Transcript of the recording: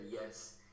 yes